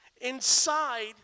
inside